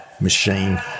machine